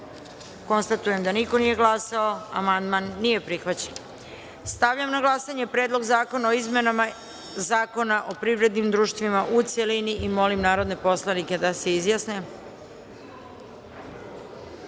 glasanje. Konstatujem da niko nije glasao. Amandman nije prihvaćen. Stavljam na glasanje Predlog zakona o izmenama Zakona o privrednim društvima, u celini. Molim narodne poslanike da se